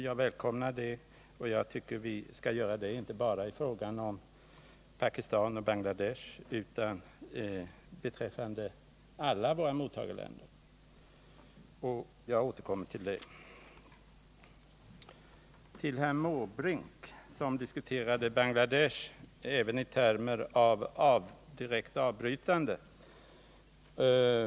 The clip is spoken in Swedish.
Jag välkomnar det och tycker att vi skall göra det inte bara i fråga om Pakistan och Bangladesh utan beträffande alla våra mottagarländer. Jag skall återkomma till detta. Herr Måbrink diskuterade Bangladesh även i termer som innebar direkt avbrytande.